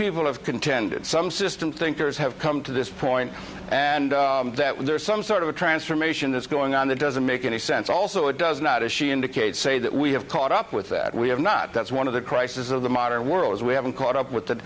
people have contended some system thinkers have come to this point and that was there some sort of a transformation that's going on that doesn't make any sense also it does not as she indicates say that we have caught up with that we have not that's one of the crisis of the modern world is we haven't caught up with th